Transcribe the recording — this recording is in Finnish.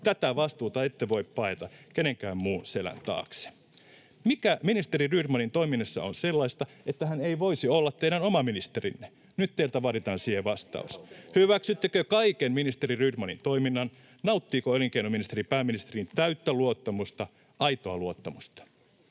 tätä vastuuta ette voi paeta kenenkään muun selän taakse. Mikä ministeri Rydmanin toiminnassa on sellaista, että hän ei voisi olla teidän oma ministerinne? Nyt teiltä vaaditaan siihen vastaus. [Jenna Simulan välihuuto] Hyväksyttekö kaiken ministeri Rydmanin toiminnan? Nauttiiko elinkeinoministeri pääministerin täyttä luottamusta, aitoa luottamusta?